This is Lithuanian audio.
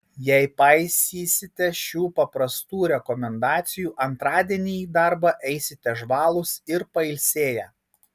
jei paisysite šių paprastų rekomendacijų antradienį į darbą eisite žvalūs ir pailsėję